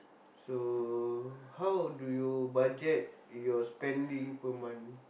so how do you budget your spending per month